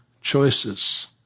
choices